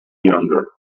younger